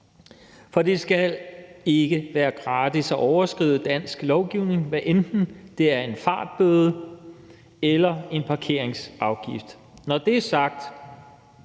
For det skal ikke være gratis at overtræde dansk lovgivning, hvad enten det drejer sig om en fartbøde eller en parkeringsafgift. Når det er sagt,